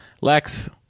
lex